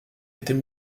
était